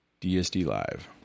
DSD-Live